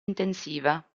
intensiva